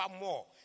more